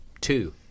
two